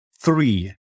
Three